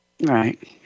Right